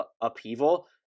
upheaval